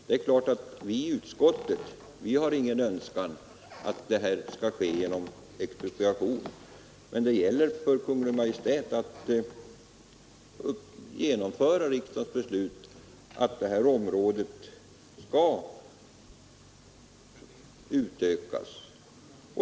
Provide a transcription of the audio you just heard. Det är klart att vi i utskottet inte har någon önskan om att markförvärven skall ske genom expropriation, men det gäller för Kungl. Maj:t att genomföra riksdagens beslut att detta område skall utökas.